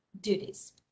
duties